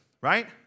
right